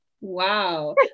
Wow